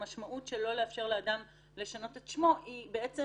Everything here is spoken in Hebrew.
המשמעות של לא לאפשר לאדם לשנות את שמו היא בעצם